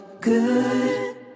good